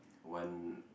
one